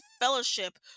fellowship